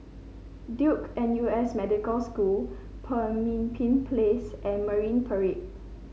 Duke N U S Medical School Pemimpin Place and Marine Parade